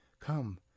Come